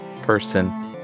person